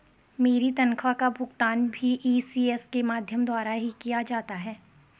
मेरी तनख्वाह का भुगतान भी इ.सी.एस के माध्यम द्वारा ही किया जाता है